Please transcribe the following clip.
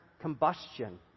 combustion